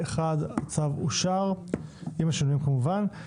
פה אחד, הצו אושר, עם השינויים כמובן.